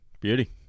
Beauty